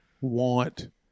want